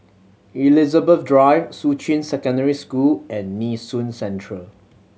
Elizabeth Drive Shuqun Secondary School and Nee Soon Central